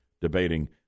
debating